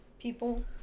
People